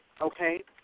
okay